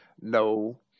no